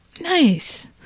Nice